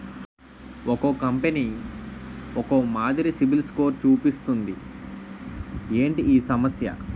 ఒక్కో కంపెనీ ఒక్కో మాదిరి సిబిల్ స్కోర్ చూపిస్తుంది ఏంటి ఈ సమస్య?